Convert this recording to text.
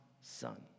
son